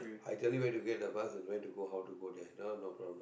I tell you where to get the bus and where to go how to go there that one no problem